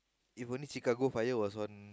if only Chicago Fire was on